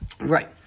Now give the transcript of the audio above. Right